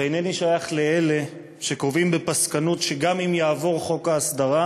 ואינני שייך לאלה שקובעים בפסקנות שגם אם יעבור חוק ההסדרה,